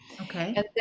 okay